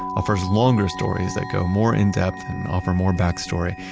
offers longer stories that go more in-depth and offer more backstory.